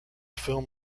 film